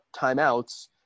timeouts